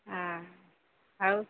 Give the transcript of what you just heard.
ହଁ ଆଉ